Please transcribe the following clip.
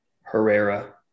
Herrera